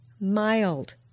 mild